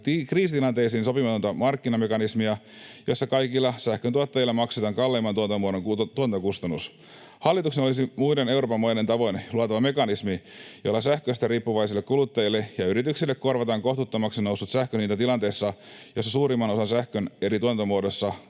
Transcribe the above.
kriisitilanteisiin sopimatonta markkinamekanismia, jossa kaikilla sähköntuottajilla maksatetaan kalleimman tuotantomuodon tuotantokustannus. Hallituksen olisi muiden Euroopan maiden tavoin luotava mekanismi, jolla sähköstä riippuvaisille kuluttajille ja yrityksille korvataan kohtuuttomaksi noussut sähkön hinta tilanteessa, jossa suurimman osan sähkön eri tuotantomuodoista